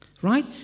Right